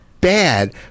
bad